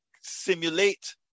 simulate